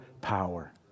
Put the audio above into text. power